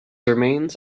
remains